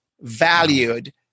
valued